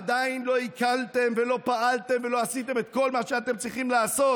עדיין לא עיכלתם ולא פעלתם ולא עשיתם את כל מה שאתם צריכים לעשות,